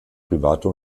private